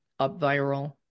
UpViral